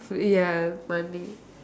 ya money